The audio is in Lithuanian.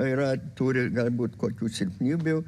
yra turi galbūt kokių silpnybių